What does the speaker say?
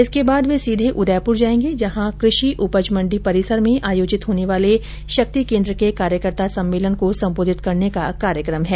इसके बाद वे सीधे उदयपुर जायेंगे जहां कृषि उपज मंडी परिसर में आयोजित होने वाले शक्ति केन्द्र के कार्यकर्ता सम्मेलन को संबोधित करने का कार्यक्रम है